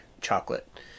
chocolate